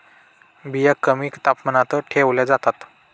बिया कमी तापमानात ठेवल्या जातात